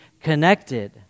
connected